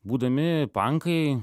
būdami pankai